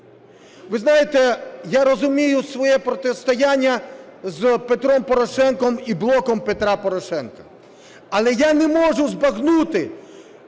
Ви знаєте, я розумію своє протистояння з Петром Порошенком і "Блоком Петра Порошенка". Але я не можу збагнути,